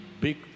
big